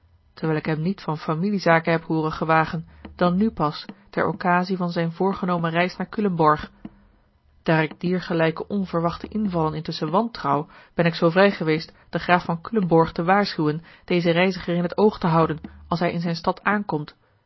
terwijl ik hem niet van familiezaken heb hooren gewagen dan nu pas ter occasie van zijne voorgenomen reis naar culemborg daar ik diergelijke onverwachte invallen intusschen wantrouw ben ik zoo vrij geweest den graaf van culemborg te waarschuwen dezen reiziger in t oog te houden als hij in zijne stad aankomt